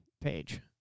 page